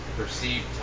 perceived